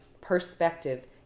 perspective